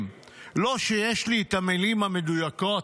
--- לא --- שיש לי את המילים המדויקות,